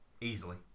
Easily